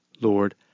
Lord